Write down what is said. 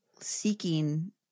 seeking